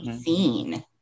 seen